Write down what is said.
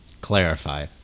Clarify